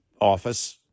office